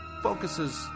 focuses